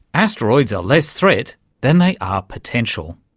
asteroids are less threat than they are potential.